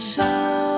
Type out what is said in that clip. Show